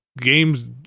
games